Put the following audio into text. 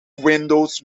windows